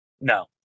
No